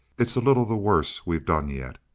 it's a little the worst we've done yet.